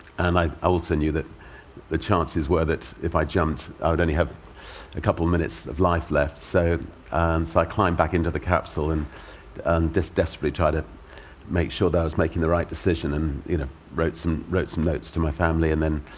and i also knew that the chances were that if i jumped, i would only have a couple of minutes of life left. so so i climbed back into the capsule and and just desperately tried to make sure that i was making the right decision. and you know wrote some wrote some notes to my family. and then